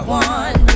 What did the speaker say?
one